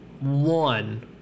One